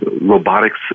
robotics